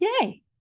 yay